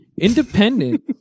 Independent